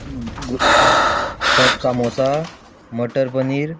समोसा मटर पनीर